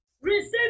Receive